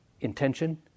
intention